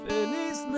Feliz